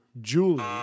Julie